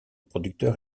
producteur